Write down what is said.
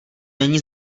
není